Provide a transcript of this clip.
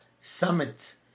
summits